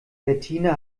bettina